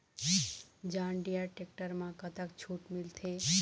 John Deere tractor म कतक छूट मिलथे?